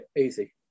easy